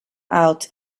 out